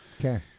Okay